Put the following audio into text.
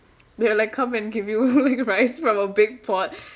they will like come and give you like rice from a big pot